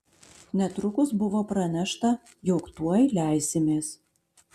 netrukus buvo pranešta jog tuoj leisimės